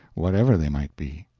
whatever they might be,